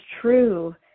true